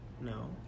No